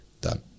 done